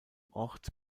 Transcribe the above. ort